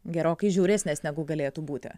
gerokai žiauresnės negu galėtų būti